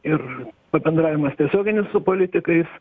ir pabendravimas tiesioginis su politikais